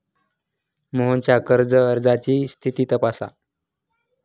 मोहनच्या कर्ज अर्जाची स्थिती तपासा